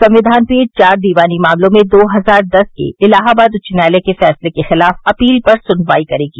संविधान पीठ चार दीवानी मामलों में दो हजार दस के इलाहाबाद उच्च न्यायालय के फैसले के खिलाफ अपील पर सुनवाई करेगी